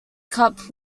cup